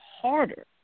harder